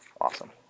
awesome